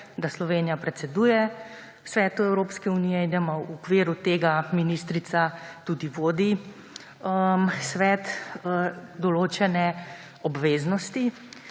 da Slovenija predseduje Svetu Evropske unije in da v okviru tega ministrica tudi vodi Svet, ima določene obveznosti.